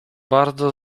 bardzo